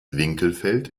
winkelfeld